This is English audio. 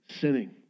sinning